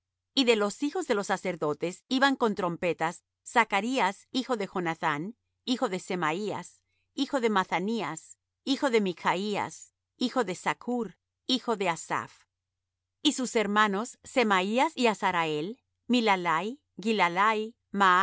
y de los hijos de los sacerdotes iban con trompetas zacarías hijo de jonathán hijo de semaías hijo de mathanías hijo de michías hijo de zachr hijo de asaph y sus hermanos semaías y azarael milalai gilalai